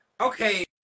Okay